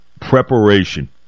preparation